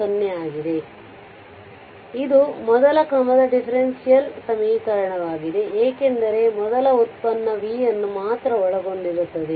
ಆದ್ದರಿಂದ ಇದು ಮೊದಲ ಕ್ರಮದ ಡಿಫೆರೆನ್ಷಿಯಲ್ ಸಮೀಕರಣವಾಗಿದೆ ಏಕೆಂದರೆ ಮೊದಲ ವ್ಯುತ್ಪನ್ನ v ಯನ್ನು ಮಾತ್ರ ಒಳಗೊಂಡಿರುತ್ತದೆ